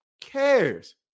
cares